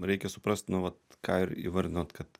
reikia suprast nu vat ką ir įvardinot kad